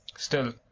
still,